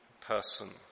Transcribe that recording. person